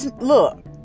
Look